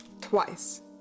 twice